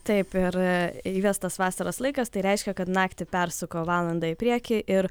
taip ir įvestas vasaros laikas tai reiškia kad naktį persuko valandą į priekį ir